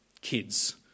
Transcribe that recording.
kids